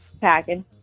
packing